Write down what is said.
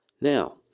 Now